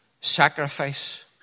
sacrifice